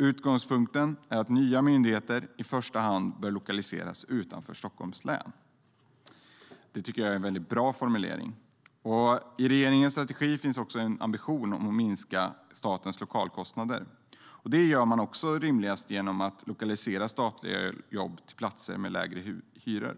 Utgångspunkten är att nya myndigheter i första hand bör lokaliseras utanför Stockholms län." Det tycker jag är en väldigt bra formulering.I regeringens strategi finns också en ambition att minska statens lokalkostnader. Det gör man rimligast genom att lokalisera statliga jobb till platser med lägre hyror.